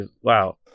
Wow